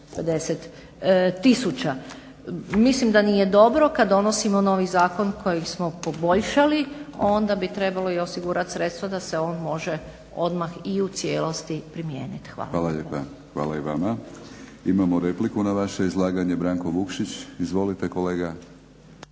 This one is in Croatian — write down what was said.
Mislim da nije dobro kad donosimo novi zakon koji smo poboljšali onda bi trebalo i osigurati sredstva da se on može odmah i u cijelosti primijeniti. Hvala. **Batinić, Milorad (HNS)** Hvala lijepa. Imamo repliku na vaše izlaganje, Branko Vukšić. Izvolite kolega.